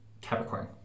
Capricorn